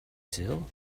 sul